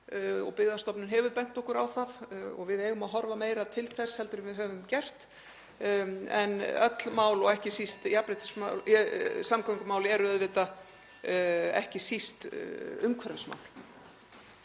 Byggðastofnun hefur bent okkur á það og við eigum að horfa meira til þess en við höfum gert. En öll mál og ekki síst samgöngumál eru auðvitað ekki síst umhverfismál.